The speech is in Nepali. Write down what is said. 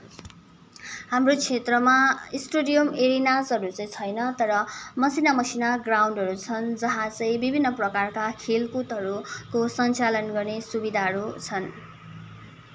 हाम्रो क्षेत्रमा स्टेडियम एरेनाजहरू चाहिँ छैन तर मसिना मसिना ग्राउन्डहरू छन् जहाँ चाहिँ विभिन्न प्रकारका खेलकुदहरूको सञ्चालन गर्ने सुविधाहरू छन्